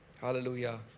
Hallelujah